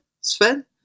Sven